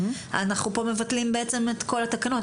אנחנו כאן בעצם מבטלים את כל התקנות.